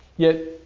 yet,